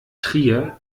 trier